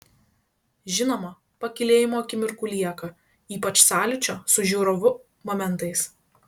žinoma pakylėjimo akimirkų lieka ypač sąlyčio su žiūrovu momentais